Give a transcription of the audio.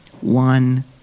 One